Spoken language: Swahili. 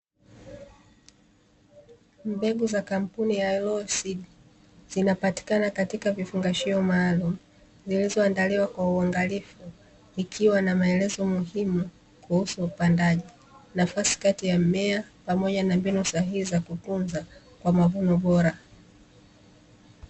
Mbegu za kampuni ya "LOYAL SEED" zinapatikana katika vifungashio maalumu, zilizoandaliwa kwa uangalifu ikiwa na maelezo muhimu kuhusu upandaji, nafasi kati ya mmea pamoja na mbinu sahihi za kutunza kwa mavuno bora.